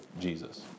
Jesus